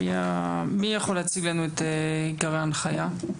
מי יכול להציג לנו את עיקרי ההנחיה?